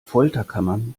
folterkammern